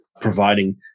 providing